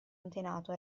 antenato